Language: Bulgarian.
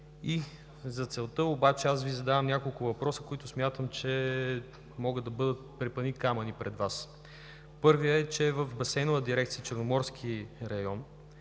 За целта обаче аз Ви задавам няколко въпроса, които смятам, че могат да бъдат препъникамъни пред Вас. Първият е, че в Басейнова дирекция „Черноморски район“